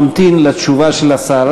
ממתין לתשובה של השר,